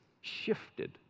shifted